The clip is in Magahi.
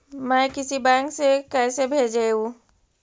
मैं किसी बैंक से कैसे भेजेऊ